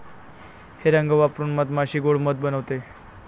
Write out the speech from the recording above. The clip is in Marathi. हे रंग वापरून मधमाशी गोड़ मध बनवते